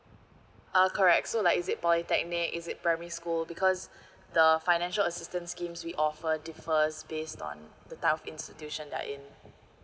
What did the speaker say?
uh correct so like is it polytechnic is it primary school because the financial assistance schemes we offer differs based on the type of institution they're in